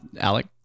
Alec